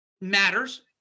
matters